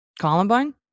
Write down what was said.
Columbine